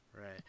Right